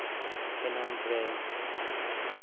ᱠᱷᱮᱞᱳᱱᱰᱨᱮ